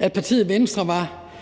at partiet Venstre var